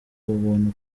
ubuntu